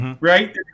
Right